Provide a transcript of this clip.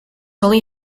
only